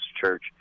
Church